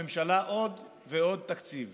מבקר המדינה אומר שהוא לא מצא כלום,